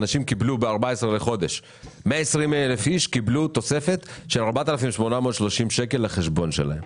120 אלף איש קיבלו ב-14 לחודש תוספת של 4,830 שקל לחשבון שלהם.